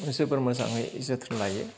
जोबोर मोजाङै जोथोन लायो